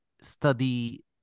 study